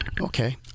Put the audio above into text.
Okay